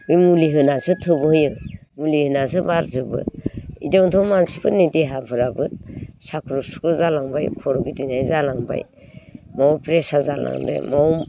नों मुलि होनानैसो थोबहोयो मुलि होनानैसो बारजोबो बिदियावनोथ' मानसिफोरनि देहाफ्राबो साख्रुब सुख्रुब जालांबाय खर' गिदिंनाय जालांबाय बाव प्रेचार जालांबाय